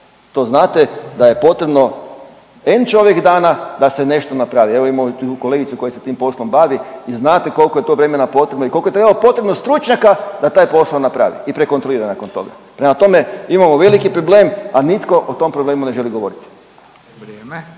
To znate da je potrebno … dana da se nešto napravi. Evo imamo tu i kolegicu koja se tim poslom bavi, vi znate koliko je to vremena potrebno i koliko je potrebno stručnjaka da taj posao napravi i prekontrolira nakon toga. Prema tome, imamo veliki problem, a nitko o tom problemu ne želi govoriti.